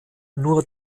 nur